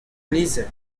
lizher